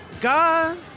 God